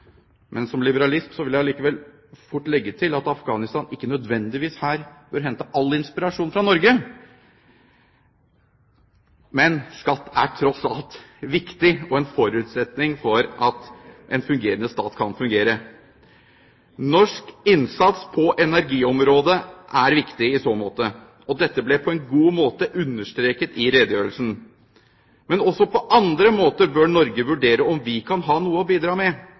Som liberalist vil jeg likevel fort legge til at Afghanistan ikke nødvendigvis her bør hente all inspirasjon fra Norge – men skatt er tross alt viktig, og en forutsetning for at en stat kan fungere. Norsk innsats på energiområdet er viktig i så måte, og dette ble på en god måte understreket i redegjørelsen. Men også på andre måter bør Norge vurdere om vi kan ha noe å bidra med,